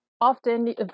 often